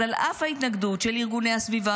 אז על אף ההתנגדות של ארגוני הסביבה,